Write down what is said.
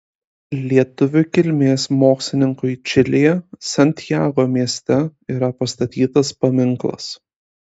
lietuvių kilmės mokslininkui čilėje santjago mieste yra pastatytas paminklas